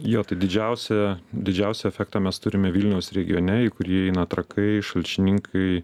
jo tai didžiausią didžiausią efektą mes turime vilniaus regione į kurį įeina trakai šalčininkai